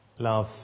Love